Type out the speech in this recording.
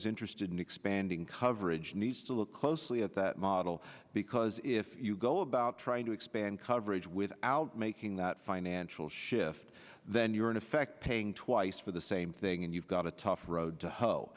's interested in expanding coverage needs to look closely at that model because if you go about trying to expand coverage without making that financial shift then you're in effect paying twice for the same thing and you've got a tough road to h